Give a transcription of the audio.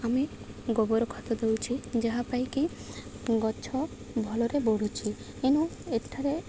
ଆମେ ଗୋବର ଖତ ଦଉଛି ଯାହା ପାଇଁକି ଗଛ ଭଲରେ ବଢ଼ୁଛି ଏଣୁ ଏଠାରେ